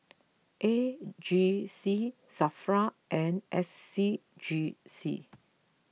A G C Safra and S C G C